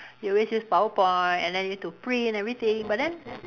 they always use PowerPoint and then need to print everything but then